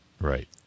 Right